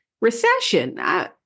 recession